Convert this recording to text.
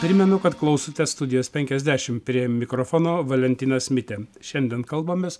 primenu kad klausote studijos penkiasdešim prie mikrofono valentinas mitė šiandien kalbamės